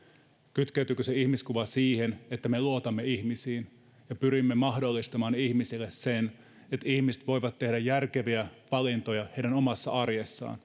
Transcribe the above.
kytkeytyykö se ihmiskuva siihen että me luotamme ihmisiin ja pyrimme mahdollistamaan ihmisille sen että ihmiset voivat tehdä järkeviä valintoja omassa arjessaan